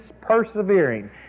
persevering